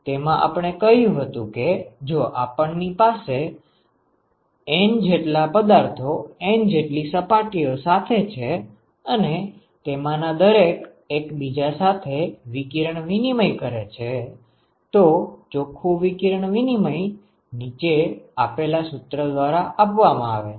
તેમાં આપણે કહ્યું હતું કે જો આપણની પાસે N જેટલા પદાર્થો N જેટલી સપાટીઓ સાથે છે અને તેમાંના દરેક એકબીજા સાથે વિકિરણ વિનિમય કરે છે તો ચોખ્ખું વિકિરણ વિનિમય નીચે આપેલા સુત્ર દ્વારા આપવામાં આવે છે